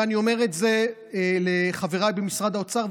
ואני אומר את זה לחבריי במשרד האוצר,